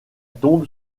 tombe